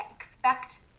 expect